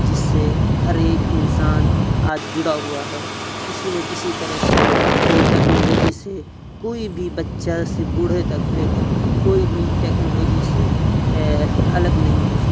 جس سے ہر ایک انسان آج جڑا ہوا ہے کسی نہ کسی طرح سے وہ ٹیکنالوجی سے کوئی بھی بچہ سے بوڑھے تک لے کر کوئی بھی ٹیکنالوجی سے الگ نہیں ہو سکتا